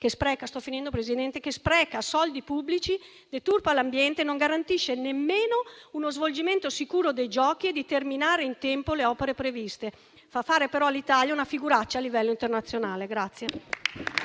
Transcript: che spreca soldi pubblici, deturpa l'ambiente e non garantisce nemmeno uno svolgimento sicuro dei giochi, né di terminare in tempo le opere previste, ma fa fare all'Italia una figuraccia a livello internazionale.